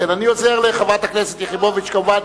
כן, אני עוזר לחברת הכנסת יחימוביץ, כמובן.